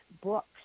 books